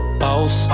boss